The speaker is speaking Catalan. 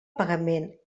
pagament